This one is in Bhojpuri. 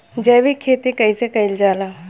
जैविक खेती कईसे कईल जाला?